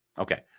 Okay